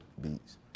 beats